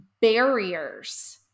barriers